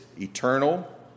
eternal